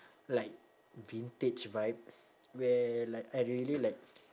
like vintage vibe where like I really like